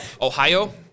Ohio